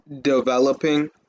developing